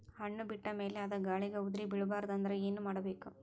ಹಣ್ಣು ಬಿಟ್ಟ ಮೇಲೆ ಅದ ಗಾಳಿಗ ಉದರಿಬೀಳಬಾರದು ಅಂದ್ರ ಏನ ಮಾಡಬೇಕು?